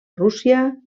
rússia